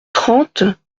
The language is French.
trente